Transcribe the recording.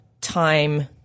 time